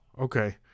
Okay